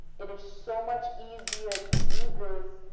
it is so much easier to do this,